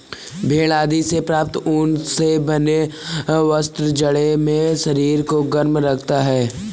भेड़ आदि से प्राप्त ऊन से बना वस्त्र जाड़े में शरीर को गर्म रखता है